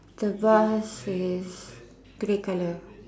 the vase is grey colour